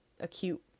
acute